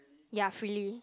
ya frilly